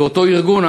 ואותו ארגון,